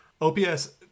ops